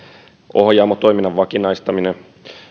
ohjaamo toiminnan vakinaistaminen